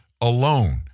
alone